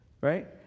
right